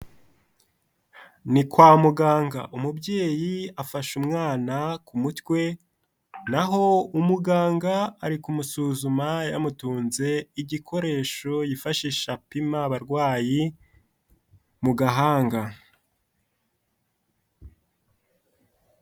Ni kwa muganga, umubyeyi afashe umwana ku mutwe, naho umuganga ari kumusuzuma yamutunze igikoresho yifashisha apima abarwayi, mu gahanga.